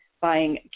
buying